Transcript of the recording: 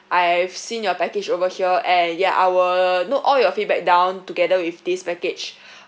I have seen your package over here and yeah I will note all your feedback down together with this package